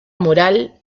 mural